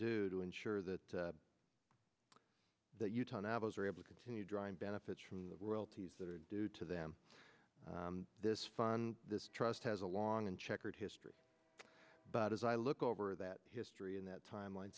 do to ensure that that utah novels are able to continue drawing benefits from the world these that are due to them this fund this trust has a long and checkered history but as i look over that history in that time line